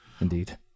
Indeed